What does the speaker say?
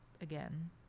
again